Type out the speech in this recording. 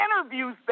interviews